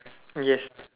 yes